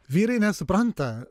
vyrai nesupranta